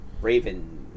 Raven